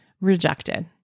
rejected